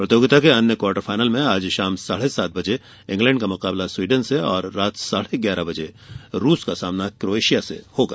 प्रतियोगिता के अन्य क्वार्टर फाइनल में आज शाम साढ़े सात बजे इंग्लैंण्ड का मुकाबला स्वीडन से और रात साढ़े ग्यारह बजे रूस का सामना क्रोएशिया से होगा